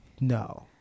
no